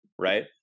right